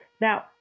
Now